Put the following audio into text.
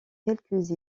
quelques